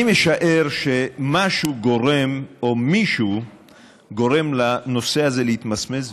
אני משער שמשהו גורם או מישהו גורם לנושא הזה להתמסמס,